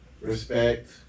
respect